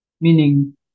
meaning